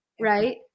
right